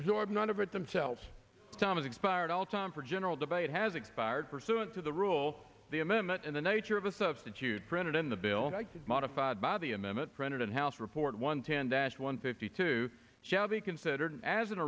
absorb none of it themselves thomas expired all time for general debate has expired pursuant to the rule the amendment in the nature of a substitute printed in the bill is modified by the amendment printed in house report one ten dash one fifty two shall be considered as an